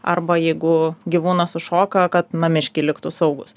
arba jeigu gyvūnas užšoka kad namiškiai liktų saugūs